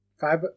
Five